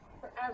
forever